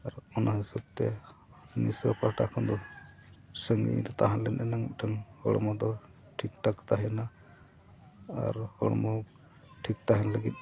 ᱟᱨ ᱚᱱᱟ ᱦᱤᱥᱟᱹᱵ ᱛᱮ ᱱᱤᱥᱟᱹ ᱯᱟᱦᱴᱟ ᱠᱷᱚᱱ ᱫᱚ ᱥᱟᱺᱜᱤᱧ ᱨᱮ ᱛᱟᱦᱮᱸ ᱞᱮᱱ ᱮᱱᱟᱝ ᱢᱤᱫᱴᱟᱝ ᱦᱚᱲᱢᱚ ᱫᱚ ᱴᱷᱤᱠ ᱴᱷᱟᱠ ᱛᱟᱦᱮᱱᱟ ᱟᱨ ᱦᱚᱲᱢᱚ ᱴᱷᱤᱠ ᱛᱟᱦᱮᱱ ᱞᱟᱹᱜᱤᱫ